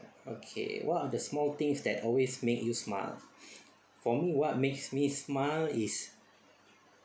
okay what are the small things that always made you smile for me what makes me smile is